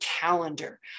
calendar